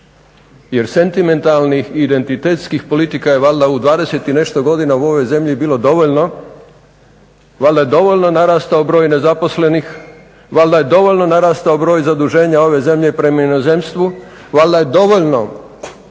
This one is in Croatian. jer sentimentalnih identitetskih politika je valjda u 20 i nešto godina u ovoj zemlji bilo dovoljno, valjda je dovoljno narastao broj nezaposlenih, valjda je dovoljno narastao broj zaduženja ove zemlje prema inozemstvu, valjda je dovoljno